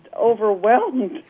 overwhelmed